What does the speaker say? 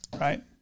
right